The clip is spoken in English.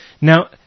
Now